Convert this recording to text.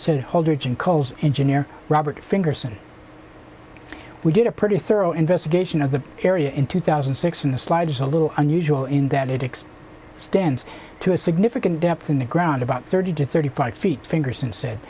so holdridge and coles engineer robert finger since we did a pretty thorough investigation of the area in two thousand and six in the slide is a little unusual in that it acts stands to a significant depth in the ground about thirty to thirty five feet fingers and said